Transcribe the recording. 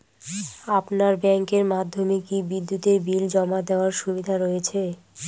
আপনার ব্যাংকের মাধ্যমে কি বিদ্যুতের বিল জমা দেওয়ার সুবিধা রয়েছে?